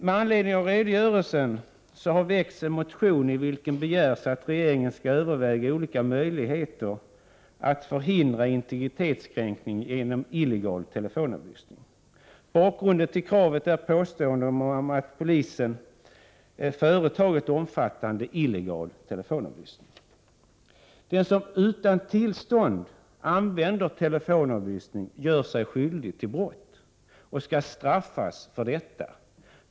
Med anledning av redogörelsen har en motion väckts i vilken det begärs att regeringen skall överväga olika möjligheter att förhindra integritetskränkningar genom illegal telefonavlyssning. Bakgrunden är påståenden om att polisen företagit omfattande illegal telefonavlyssning. Den som utan tillstånd använder telefonavlyssning gör sig skyldig till brott och skall straffas för detta.